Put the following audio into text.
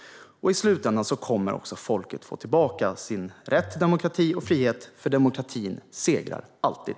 I slutändan kommer också folket att få tillbaka sin rätt till demokrati och frihet, för demokratin segrar alltid.